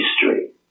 history